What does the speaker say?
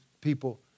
people